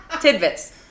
Tidbits